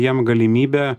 jam galimybę